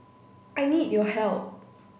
I need your help